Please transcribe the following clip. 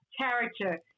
character